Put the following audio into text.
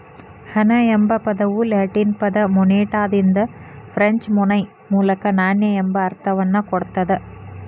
ಹಣ ಎಂಬ ಪದವು ಲ್ಯಾಟಿನ್ ಪದ ಮೊನೆಟಾದಿಂದ ಫ್ರೆಂಚ್ ಮೊನೈ ಮೂಲಕ ನಾಣ್ಯ ಎಂಬ ಅರ್ಥವನ್ನ ಕೊಡ್ತದ